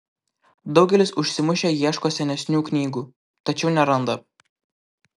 daugelis užsimušę ieško senesnių knygų tačiau neranda